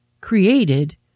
created